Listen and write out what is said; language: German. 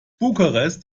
bukarest